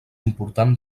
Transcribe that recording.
important